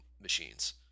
machines